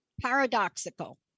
Paradoxical